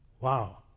Wow